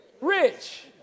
rich